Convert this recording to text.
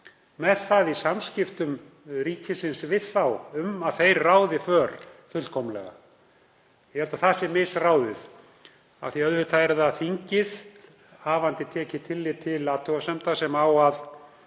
með það, í samskiptum ríkisins við þá, að þeir ráði för fullkomlega. Ég held að það sé misráðið af því að auðvitað er það þingið, hafandi tekið tillit til athugasemda, sem á að